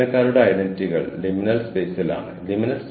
അവർക്ക് ഒരു ബോധം നൽകാൻ വേണ്ടി മാത്രം